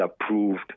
approved